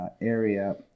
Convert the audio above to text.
area